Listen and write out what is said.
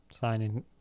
signing